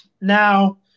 Now